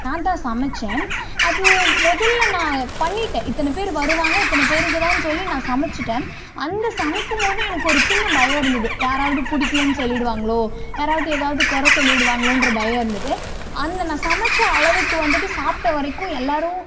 நான்தான் சமைச்சேன் அது முதல்ல நான் பண்ணிட்டேன் இத்தனை பேர் வருவாங்க இத்தனை பேருக்குத்தான் சொல்லி நான் சமைச்சிட்டேன் அந்த சமைக்கும்போது எனக்கு ஒரு சின்ன பயம் இருந்தது யாராவது பிடிக்லேனு சொல்லிடுவாங்களோ யாராவது ஏதாவது குற சொல்லிடுவாங்களோன்ற பயம் இருந்தது அந்த நான் சமைச்ச அளவுக்கு வந்துட்டு சாப்பிட வரைக்கும் எல்லாரும்